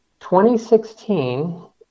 2016